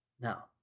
Now